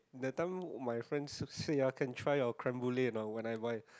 that time my friend s~ say ah can try your Creme-Brule or not when I buy